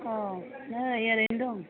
अ नै ओरैनो दं